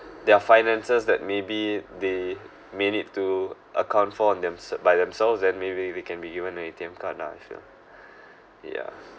their finances that maybe they made it to account for on themsel~ by themselves and maybe they can be given an A_T_M card lah I feel yeah